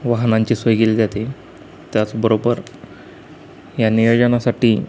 वाहनांची सोय केली जाते त्याचबरोबर या नियोजनासाठी